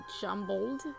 jumbled